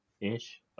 ish